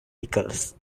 pickles